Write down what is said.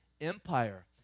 Empire